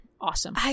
awesome